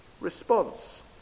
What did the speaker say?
response